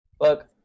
look